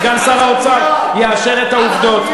סגן שר האוצר יאשר את העובדות.